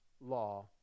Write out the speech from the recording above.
law